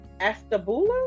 Astabula